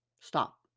stop